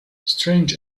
strange